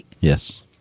yes